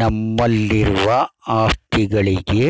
ನಮ್ಮಲ್ಲಿರುವ ಆಸ್ತಿಗಳಿಗೆ